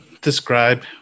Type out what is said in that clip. describe